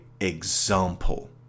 example